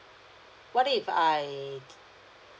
what if I